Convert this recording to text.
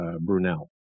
Brunel